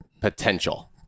potential